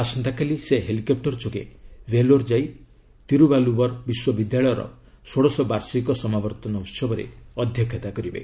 ଆସନ୍ତାକାଲି ସେ ହେଲିକପୂର ଯୋଗେ ଭେଲୋର ଯାଇ ତିରୁବାଲୁବର ବିଶ୍ୱବିଦ୍ୟାଳୟର ଷୋଡ଼ଶ ବାର୍ଷିକ ସମାବର୍ତ୍ତନ ଉସବରେ ଅଧ୍ୟକ୍ଷତା କରିବେ